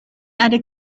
other